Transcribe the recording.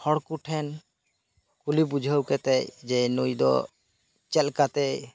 ᱦᱚᱲ ᱠᱚ ᱴᱷᱮᱱ ᱠᱩᱞᱤ ᱵᱩᱡᱷᱟᱹᱣ ᱠᱟᱛᱮᱫ ᱡᱮ ᱱᱩᱭ ᱫᱚ ᱪᱮᱫ ᱞᱮᱠᱟᱛᱮᱭ